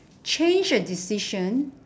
change a decision